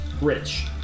rich